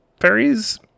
fairies